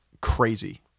crazy